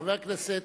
חבר הכנסת